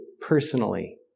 personally